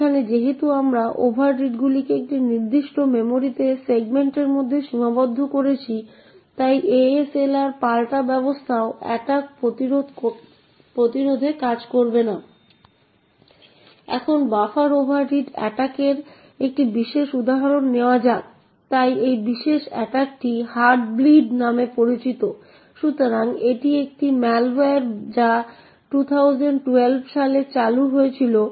এই ক্ষেত্রে printfPLT এই নির্দিষ্ট মেমরি অবস্থানে রয়েছে এবং রিটার্নটি 0804851b অবস্থানে উপস্থিত রয়েছে সুতরাং আমরা করতে পারি